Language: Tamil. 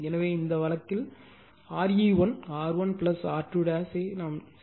எனவே இந்த வழக்கில் RE1 R1 R2 சேர்க்க 5